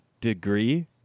degree